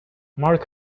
marc